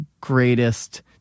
greatest